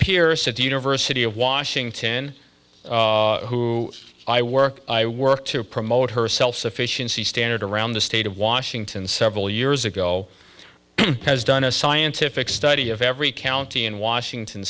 pierce at the university of washington who i work i work to promote her self sufficiency standard around the state of washington several years ago has done a scientific study of every county in washington